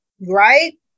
right